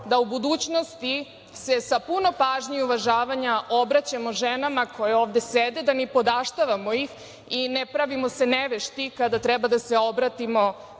da u budućnosti se sa puno pažnje i uvažavanja obraćamo ženama koje ovde sede, da ih ne nipodaštavamo i ne pravimo se nevešti kada treba da se obratimo